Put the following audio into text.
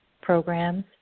programs